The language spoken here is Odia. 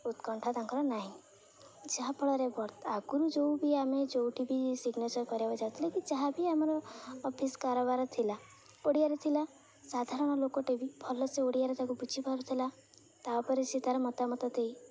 ଉତ୍କଣ୍ଠା ତାଙ୍କର ନାହିଁ ଯାହାଫଳରେ ଆଗୁରୁ ଯେଉଁ ବି ଆମେ ଯେଉଁଠି ବି ସିଗ୍ନେଚର କରିବାକୁ ଯାଉଥିଲେ କି ଯାହା ବିି ଆମର ଅଫିସ କାରବାର ଥିଲା ଓଡ଼ିଆରେ ଥିଲା ସାଧାରଣ ଲୋକଟେ ବି ଭଲସେ ଓଡ଼ିଆରେ ତାକୁ ବୁଝିପାରୁଥିଲା ତା'ପରେ ସେ ତା'ର ମତାମତ ଦେଇ